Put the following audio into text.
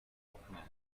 hofmann